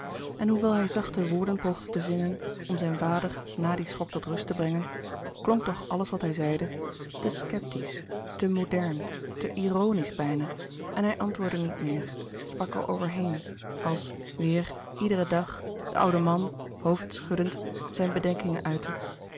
en hoewel hij zachte woorden poogde te vinden om zijn vader na dien schok tot rust te brengen klonk toch alles wat hij zeide te sceptisch te modern te ironisch bijna en hij antwoordde niet meer sprak er over heen als weêr iederen dag de oude man hoofdschuddend zijne bedenkingen uitte en